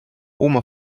oma